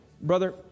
Brother